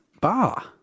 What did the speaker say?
bar